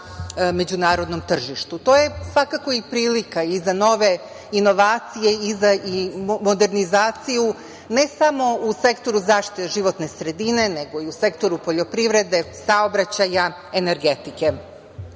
međunarodnom tržištu. To je svakako i prilika i za nove inovacije i za modernizaciju ne samo u sektoru zaštite životne sredine, nego i u sektoru poljoprivrede, saobraćaja, energetike. Predlogom